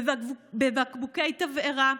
בבקבוקי תבערה,